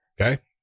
Okay